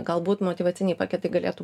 galbūt motyvaciniai paketai galėtų